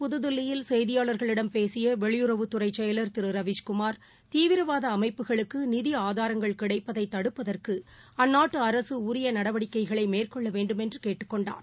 புதுதில்லியில் செய்தியாளர்களிடம் பேசியவெளியுறவுத்துறைசெயலர் திருரவீஸ்குமாா் இன்று தீவிரவாதஅமைப்புகளுக்குநிதிஆதாரங்கள் கிடைப்பதைதடுப்பதற்குஅந்நாட்டுஅரசுஉரியநடவடிக்கைகளைமேற்கொள்ளவேண்டுமென்றுகேட்டுக் கொண்டார்